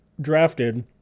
drafted